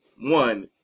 one